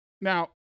Now